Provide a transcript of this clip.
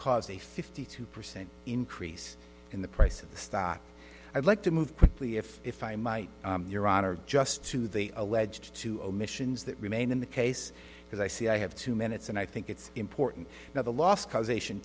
cause a fifty two percent increase in the price of the stock i'd like to move quickly if if i might your honor just to the alleged two omissions that remain in the case because i see i have two minutes and i think it's important now the last causation